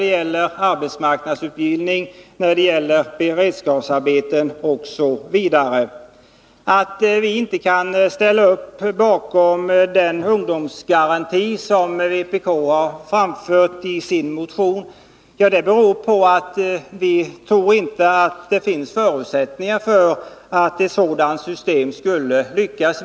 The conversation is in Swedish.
Det gäller arbetsmarknadsutbildning, beredskapsarbeten osv. Att vi inte kan ansluta oss till det förslag om ungdomsgaranti som vpk har framfört i sin motion beror på att vi inte tror att det finns förutsättningar för att ett sådant system skulle lyckas.